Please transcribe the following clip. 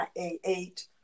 A8